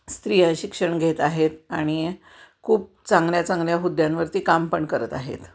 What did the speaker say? स्त्रिया शिक्षण घेत आहेत आणि खूप चांगल्या चांगल्या हुद्द्यांवरती काम पण करत आहेत